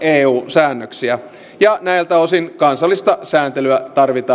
eu säännöksiä ja näiltä osin kansallista sääntelyä tarvitaan edelleen arvoisa puhemies eun